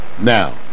Now